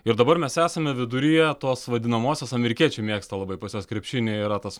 ir dabar mes esame viduryje tos vadinamosios amerikiečiai mėgsta labai pas juos krepšinyje yra tas